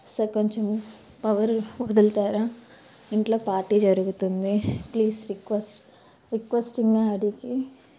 sir కొంచెం power వదులుతారా ఇంట్లో పార్టీ జరుగుతుంది ప్లీజ్ రిక్వెస్ట్ రిక్వస్టింగ్గా అడిగి